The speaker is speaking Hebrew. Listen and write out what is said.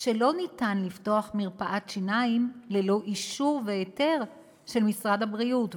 שלא ניתן לפתוח מרפאת שיניים ללא אישור והיתר של משרד הבריאות.